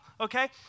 okay